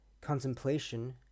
contemplation